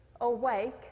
awake